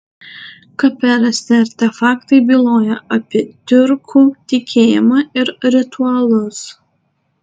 kape rasti artefaktai byloja apie tiurkų tikėjimą ir ritualus